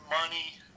money